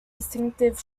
distinctive